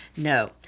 No